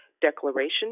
declaration